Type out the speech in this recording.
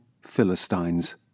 Philistines